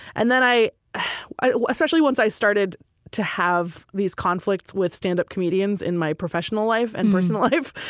and then i i especially once i started to have these conflicts with standup comedians in my professional life and personal life,